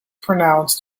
pronounced